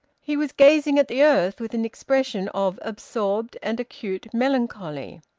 he was gazing at the earth with an expression of absorbed and acute melancholy.